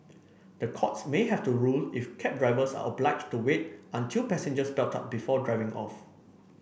the courts may have to rule if cab drivers are obliged to wait until passengers belt up before driving off